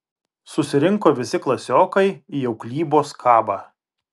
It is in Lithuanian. susirinko visi klasiokai į auklybos kabą